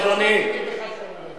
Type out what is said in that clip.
חבר הכנסת כהן,